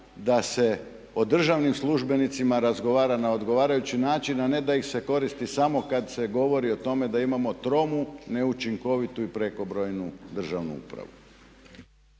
da se o državnim službenicima razgovara na odgovarajući način, a ne da ih se koristi samo kad se govori o tome da imamo tromu, neučinkovitu i prekobrojnu državnu upravu.